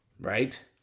Right